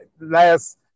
last